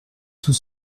tout